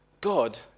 God